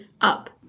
up